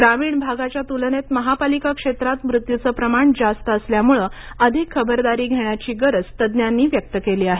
ग्रामीण भागाच्या तुलनेत महापालिका क्षेत्रात मृत्यूचं प्रमाण जास्त असल्यामुळे अधिक खबरदारी घेण्याची गरज तज्ञांनी व्यक्त केली आहे